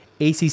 ACC